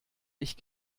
ich